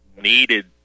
needed